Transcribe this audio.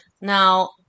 Now